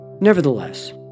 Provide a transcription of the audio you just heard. Nevertheless